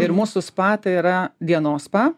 ir mūsų spa tai yra dienos spa